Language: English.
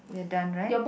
we're done right